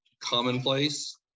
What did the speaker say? commonplace